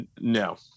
No